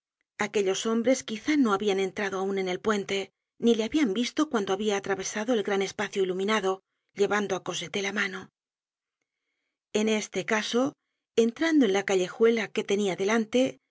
aquellos hombres quizá no habian entrado aun en el puente ni le habian visto cuando habia atravesado el gran espacio iluminado llevando á cosette de la mano en este caso entrando en la callejuela que tenia delante